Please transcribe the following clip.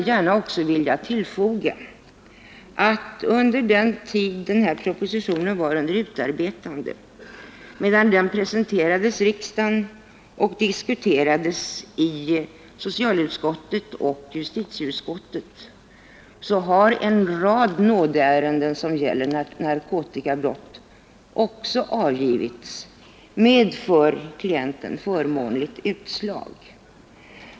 Jag skulle också mycket gärna vilja tillfoga att — under den tid då propositionen varit under utarbetande och medan den presenterades riksdagen och diskuterades i socialutskottet och justitieutskottet — en rad nådeärenden som gäller narkotikabrott också har avgjorts med för klienten förmånligt utslag.